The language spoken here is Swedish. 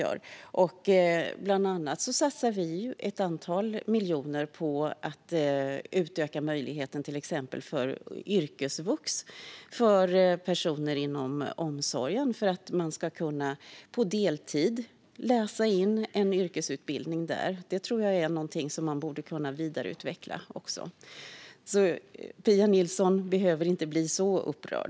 Bland annat satsar vi ett antal miljoner på att utöka möjligheten till exempelvis yrkesvux för personer inom omsorgen för att de på deltid ska kunna läsa in en yrkesutbildning där. Det tror jag är något som man skulle kunna vidareutveckla. Pia Nilsson behöver inte bli så upprörd.